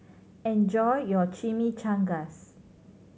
enjoy your Chimichangas